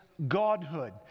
Godhood